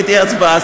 כי תהיה הצבעה,